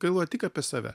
galvoji tik apie save